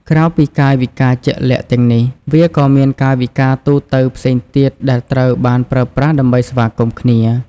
ក្រៅពីកាយវិការជាក់លាក់ទាំងនេះ វាក៏មានកាយវិការទូទៅផ្សេងទៀតដែលត្រូវបានប្រើប្រាស់ដើម្បីស្វាគមន៍គ្នា។